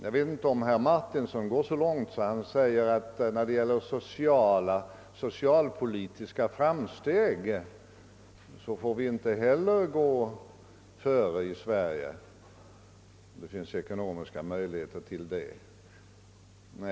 Kanske vill herr Martinsson gå så långt att han anser att vi i Sverige inte heller får gå före när det gäller socialpolitiska framsteg, om det finns ekonomiska möjligheter till det.